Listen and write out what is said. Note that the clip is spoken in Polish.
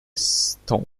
stąd